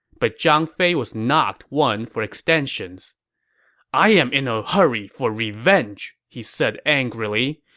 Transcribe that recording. but zhang fei was not one for extensions i am in a hurry for revenge, he said angrily.